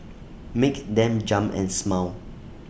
make them jump and smile